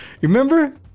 remember